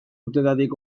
urtetatik